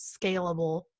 scalable